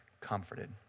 comforted